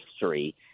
history